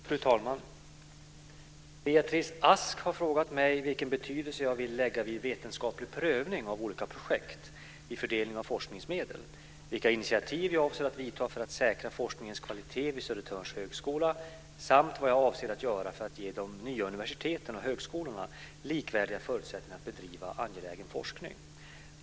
Fru talman! Beatrice Ask har frågat mig vilken betydelse jag vill lägga vid vetenskaplig prövning av olika projekt vid fördelning av forskningsmedel, vilka initiativ jag avser att vidta för att säkra forskningens kvalitet vid Södertörns högskola samt vad jag avser att göra för att ge de nya universiteten och högskolorna likvärdiga förutsättningar att bedriva angelägen forskning.